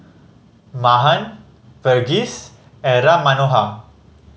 Mahan Verghese and Ram Manohar